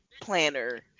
planner